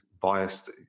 biased